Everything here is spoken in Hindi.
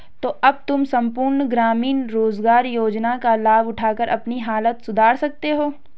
तो अब तुम सम्पूर्ण ग्रामीण रोज़गार योजना का लाभ उठाकर अपनी हालत सुधार सकते हो